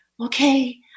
okay